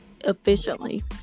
efficiently